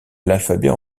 l’alphabet